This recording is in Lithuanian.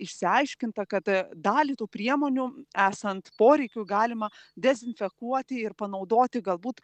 išsiaiškinta kad dalį tų priemonių esant poreikiui galima dezinfekuoti ir panaudoti galbūt